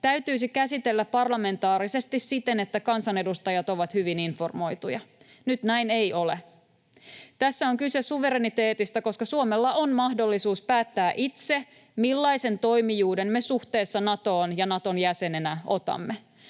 täytyisi käsitellä parlamentaarisesti siten, että kansanedustajat ovat hyvin informoituja. Nyt näin ei ole. Tässä on kyse suvereniteetista, koska Suomella on mahdollisuus päättää itse, millaisen toimijuuden me suhteessa Natoon ja Naton jäsenenä otamme.